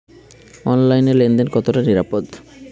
অনলাইনে লেন দেন কতটা নিরাপদ?